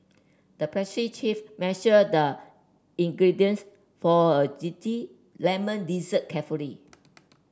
the pastry chef measured the ingredients for a zesty lemon dessert carefully